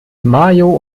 mayo